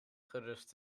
gerust